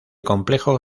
complejo